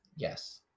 Yes